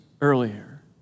earlier